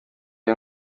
iyi